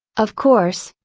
of course,